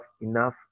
enough